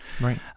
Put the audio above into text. Right